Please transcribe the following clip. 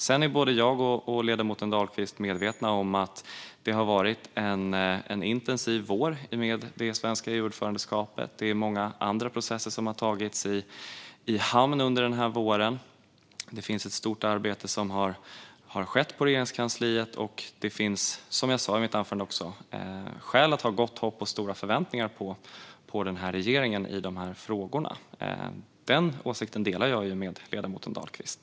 Sedan är både ledamoten Dahlqvist och jag medvetna om att det har varit en intensiv vår med det svenska EU-ordförandeskapet. Det är många andra processer som tagits i hamn under våren. Det har skett ett stort arbete på Regeringskansliet. Som jag sa i mitt anförande finns det skäl att ha gott hopp och stora förväntningar på regeringen i de här frågorna. Den åsikten delar jag med ledamoten Dahlqvist.